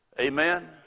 Amen